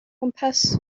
gwmpas